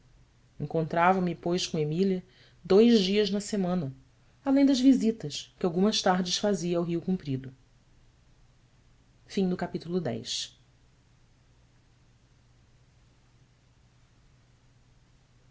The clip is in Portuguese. encontrava me pois com emília dois dias na semana além das visitas que algumas tardes fazia ao rio comprido as